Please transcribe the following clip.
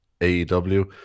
AEW